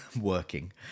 working